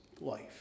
life